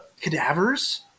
cadavers